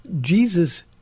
Jesus